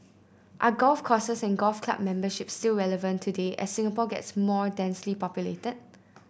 are golf courses and golf club memberships still relevant today as Singapore gets more densely populated